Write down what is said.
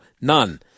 None